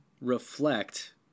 reflect